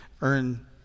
earn